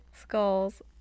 skulls